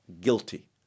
guilty